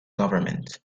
government